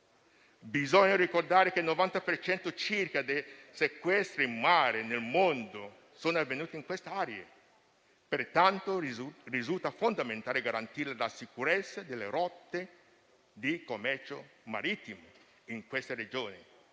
Bisogna ricordare che il 90 per cento circa dei sequestri in mare nel mondo sono avvenuti in quest'area, pertanto risulta fondamentale garantire la sicurezza delle rotte del commercio marittimo in questa regione